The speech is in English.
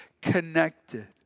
connected